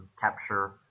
Capture